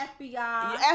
FBI